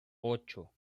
ocho